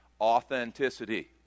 Authenticity